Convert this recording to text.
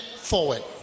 forward